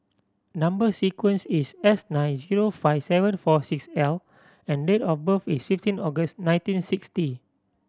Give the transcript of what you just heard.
number sequence is S nine zero five seven four six L and date of birth is fifteen August nineteen sixty